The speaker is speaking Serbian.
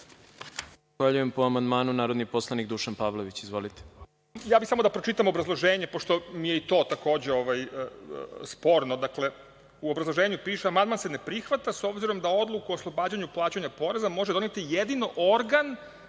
Zahvaljujem. Po amandmanu, narodni poslanik Dušan Pavlović. Izvolite. **Dušan Pavlović** Ja bih samo da pročitam obrazloženje, pošto mi je i to takođe sporno.U obrazloženju piše – amandman se ne prihvata, s obzirom da odluku o oslobađanju plaćanja poreza može doneti jedino organ